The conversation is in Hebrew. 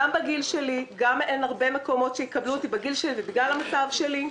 גם אין הרבה מקומות שיקבלו אותי בגיל שלי ובמצב שלי.